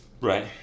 Right